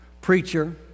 preacher